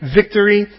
victory